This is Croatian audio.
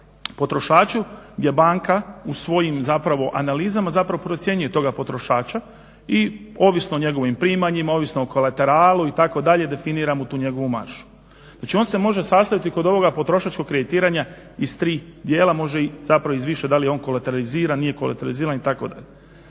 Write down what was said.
potrošaču gdje banka u svojim zapravo analizama, zapravo procjenjuje toga potrošača i ovisno o njegovim primanjima, ovisno o kolateralu itd. definira mu tu njegovu maržu. Znači on se može sastaviti kod ovoga potrošačkog kreditiranja iz tri dijela, može zapravo i iz više. Da li je on kolateriziran, nije kolateriziran itd. Ovdje